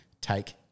Take